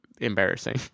embarrassing